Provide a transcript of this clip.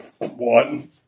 One